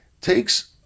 takes